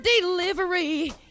delivery